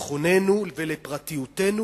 לביטחוננו ולפרטיותנו,